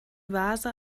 vase